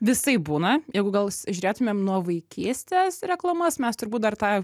visaip būna jeigu gal žiūrėtumėm nuo vaikystės reklamas mes turbūt dar tą